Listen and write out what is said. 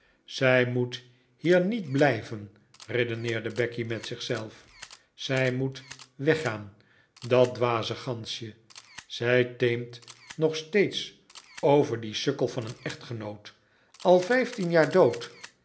zij moet hier niet blijven redeneerde becky met zichzelf zij moet weggaan dat dwaze gansje zij teemt nog steeds over dien sukkel van een echtgenoot al vijftien jaar dood